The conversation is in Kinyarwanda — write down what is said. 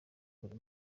buri